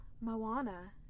Moana